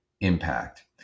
impact